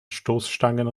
stoßstangen